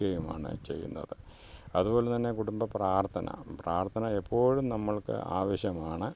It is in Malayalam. മാണ് ചെയ്യുന്നത് അതു പോലെ തന്നെ കുടുംബ പ്രാർത്ഥന പ്രാർത്ഥന എപ്പോഴും നമ്മൾക്ക് ആവശ്യമാണ്